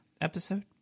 episode